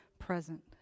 present